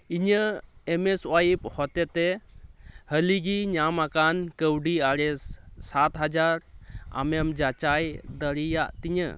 ᱤᱧᱟᱹᱜ M S ᱳᱣᱟᱭᱤᱯᱷ ᱦᱚᱛᱮ ᱛᱮ ᱦᱟᱹᱞᱤᱜᱮ ᱧᱟᱢ ᱟᱠᱟᱱ ᱠᱟᱹᱣᱰᱤ ᱟᱨᱮᱥ ᱥᱟᱛᱦᱟᱡᱟᱨ ᱟᱢᱮᱢ ᱡᱟᱪᱟᱭ ᱫᱟᱲᱮᱭᱟᱜ ᱛᱤᱧᱟᱹ